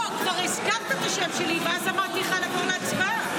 כבר הזכרת את השם שלי ואז אמרתי לך "נעבור להצבעה".